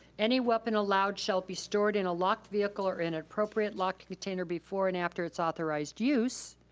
any weapon allowed shall be stored in a locked vehicle or in appropriate locked container before and after its authorized use.